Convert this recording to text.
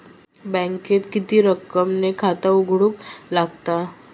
बँकेत किती रक्कम ने खाता उघडूक लागता?